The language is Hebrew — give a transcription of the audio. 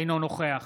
אינו נוכח